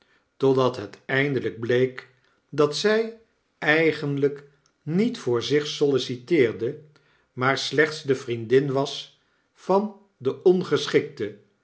totdat het eindelyk bleek dat zy eigenlyk niet voor zich solliciteerde maar slechts de vriendin was van de